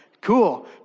cool